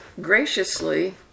graciously